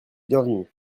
bienvenu